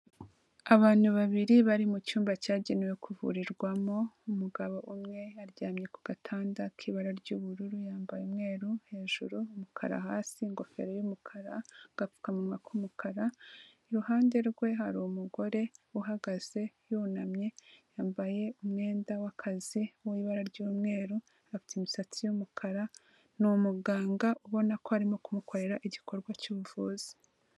Abantu babiri bari mu cyumba cyagenewe kuvurirwamo, umugabo umwe aryamye ku gatanda k'ibara ry'ubururu, yambaye umweru hejuru, umukara hasi, ingofero y'umukara, agapfukamunwa k'umukara, iruhande rwe hari umugore uhagaze yunamye, yambaye umwenda w'akazi w'ibara ry'umweru, afite imisatsi y'umukara, ni umuganga ubona ko arimo kumukorera igikorwa cy'ubuvuzi.